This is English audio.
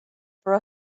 for